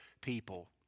people